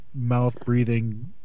mouth-breathing